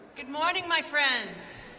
good morning, my friends.